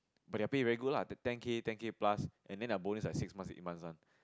but their pay very good lah ten K ten K plus and then their bonus is like six months eight months one